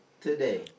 Today